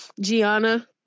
Gianna